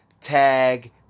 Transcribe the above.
Tag